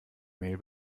mail